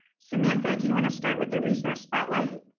samantha, do you want to start with the resource spotlight?